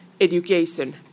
education